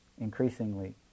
increasingly